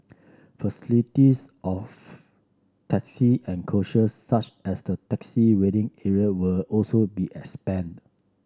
facilities of taxi and coaches such as the taxi waiting area will also be expanded